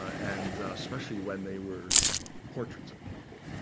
and especially when they were portraits of people,